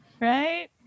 right